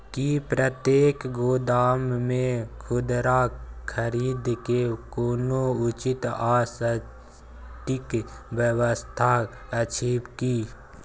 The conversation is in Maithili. की प्रतेक गोदाम मे खुदरा खरीद के कोनो उचित आ सटिक व्यवस्था अछि की?